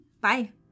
Bye